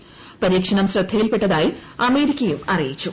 ് പരീക്ഷണം ശ്രദ്ധയിൽപ്പെട്ടതായി അമേരിക്കയും അറിയിച്ചു